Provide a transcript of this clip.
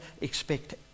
expect